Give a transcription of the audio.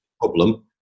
problem